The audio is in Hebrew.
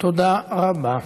תודה רבה.